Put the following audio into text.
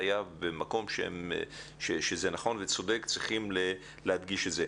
במקום שהם פעלו נכון וצודק, צריך להדגיש את זה.